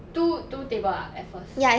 two two table ah at first